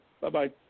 Bye-bye